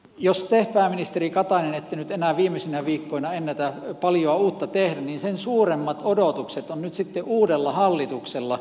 jos te pääministeri katainen ette nyt enää viimeisinä viikkoina ennätä paljoa uutta tehdä niin sen suuremmat odotukset on nyt sitten uudella hallituksella